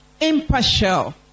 impartial